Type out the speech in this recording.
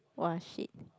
!woah! shit